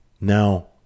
Now